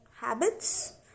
habits